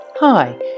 Hi